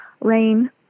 Rain